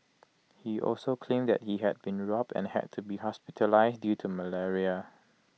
he also claimed that he had been robbed and had to be hospitalised due to malaria